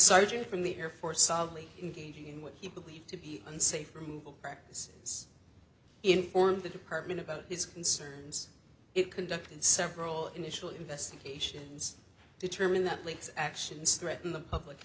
sergeant from the air force solidly engaging in what he believed to be unsafe removal practices informed the department about his concerns it conducted several initial investigations determined that leaks actions threaten the public